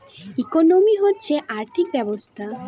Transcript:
economy হচ্ছে আর্থিক ব্যবস্থা